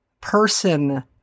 person